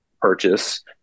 purchase